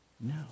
No